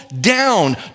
down